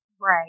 Right